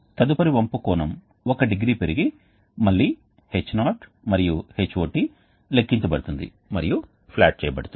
తదుపరి వంపు కోణం ఒక డిగ్రీ పెరిగి మళ్ళీ H0 మరియు Hot లెక్కించబడుతుంది మరియు ప్లాట్ చేయబడుతుంది